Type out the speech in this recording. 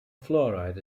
fluoride